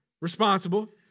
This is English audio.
responsible